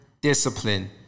discipline